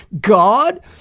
God